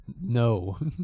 No